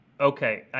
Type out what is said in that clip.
Okay